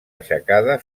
aixecada